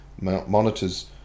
monitors